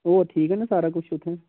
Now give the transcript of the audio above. होर ठीक न सारा किश उत्थै